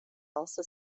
also